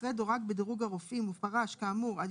אחרי "דורג בדירוג הרופאים ופרש כאמור עד